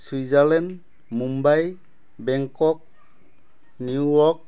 Switzerland Mumbai Bangkok New York